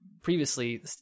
previously